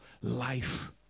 life